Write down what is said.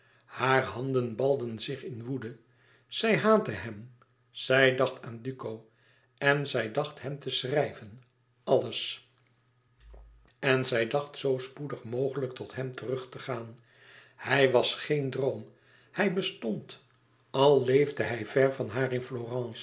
hare handen balden zich in woede zij haatte hem zij dacht aan duco en zij dacht hem te schrijven alles en zij dacht zoo spoedig mogelijk tot hem terug te gaan hij was geen droom hij bestond al leefde hij ver van haar